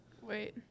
Wait